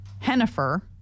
Hennifer